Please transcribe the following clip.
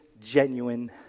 genuine